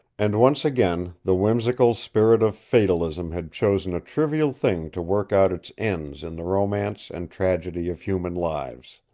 and once again the whimsical spirit of fatalism had chosen a trivial thing to work out its ends in the romance and tragedy of human lives.